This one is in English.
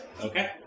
Okay